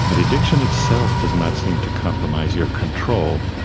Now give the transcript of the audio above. ah the addiction itself does not seem to compromise your control,